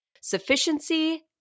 sufficiency